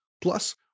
Plus